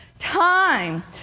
time